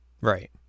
Right